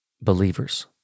believers